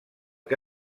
que